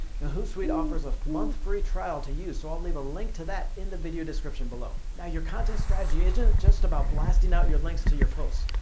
hootsuite offers a month free trial to use so i'll leave a link to that in the video description below. now your content strategy isn't just about blasting out links to your posts.